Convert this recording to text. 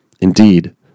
Indeed